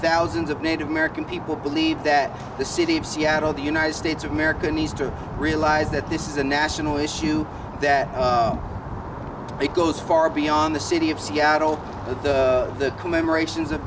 thousands of native american people believe that the city of seattle the united states of america needs to realize that this is a national issue that it goes far beyond the city of seattle with the commemorations of